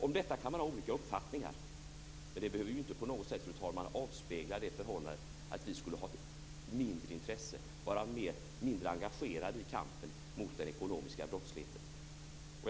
Om det kan man ha olika uppfattningar, men det behöver ju inte på något sätt avspegla det förhållandet att vi skulle vara mindre engagerade i kampen mot den ekonomiska brottsligheten. Fru talman!